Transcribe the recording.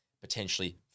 potentially